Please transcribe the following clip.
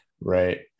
right